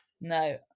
no